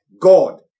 God